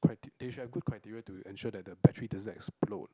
they should have good criteria to ensure that the battery doesn't explode